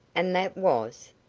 and that was?